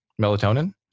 Melatonin